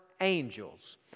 angels